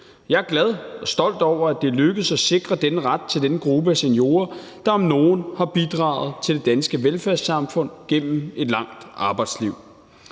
Jeg er glad for og stolt over, at det er lykkedes at sikre denne ret til denne gruppe af seniorer, der om nogen har bidraget til det danske velfærdssamfund gennem et langt arbejdsliv.